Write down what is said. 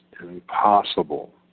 impossible